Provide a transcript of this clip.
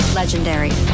legendary